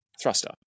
thruster